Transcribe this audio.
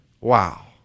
Wow